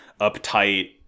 uptight